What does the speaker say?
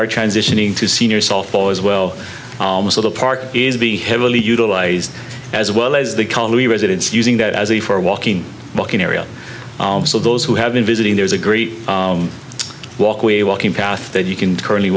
are transitioning to senior softball as well almost at a park is be heavily utilized as well as the colony residents using that as a for walking walking area so those who have been visiting there's a great walkway walking path that you can currently